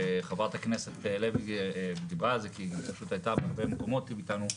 וחברת הכנסת לוי דיברה על זה כי היא פשוט הייתה בהרבה מקומות איתנו,